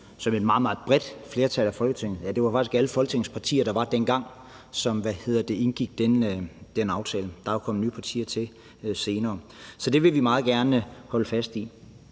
meget, meget bredt flertal af Folketingets partier aftalte. Det var faktisk alle de partier, der fandtes dengang, som indgik den aftale. Der er jo kommet nye partier til siden. Så det vil vi meget gerne holde fast i.